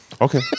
Okay